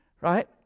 Right